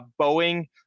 Boeing